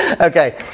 Okay